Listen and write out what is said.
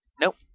Nope